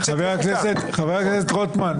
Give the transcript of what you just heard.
חבר הכנסת רוטמן,